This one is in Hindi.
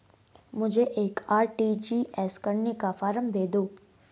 मुझे एक आर.टी.जी.एस करने का फारम दे दो?